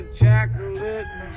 chocolate